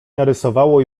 narysowało